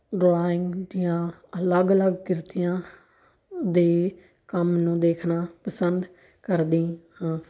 drawing ਦੀਆਂ ਅਲੱਗ ਅਲੱਗ ਕ੍ਰਿਤੀਆਂ ਦੇ ਕੰਮ ਨੂੰ ਦੇਖਣਾ ਪਸੰਦ ਕਰਦੀ ਹਾਂ